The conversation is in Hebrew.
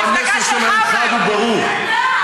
והמסר שלהם חד וברור,